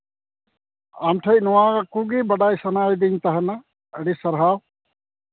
ᱟᱢ ᱴᱷᱮᱱ ᱱᱚᱣᱟ ᱠᱚᱜᱮ ᱵᱟᱰᱟᱭ ᱥᱟᱱᱟᱭᱮᱫᱤᱧ ᱛᱟᱦᱮᱱᱟ ᱟᱹᱰᱤ ᱥᱟᱨᱦᱟᱣ